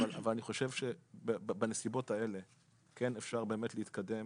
אבל אני חושב שבנסיבות האלה כן אפשר להתקדם